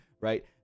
right